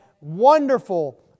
wonderful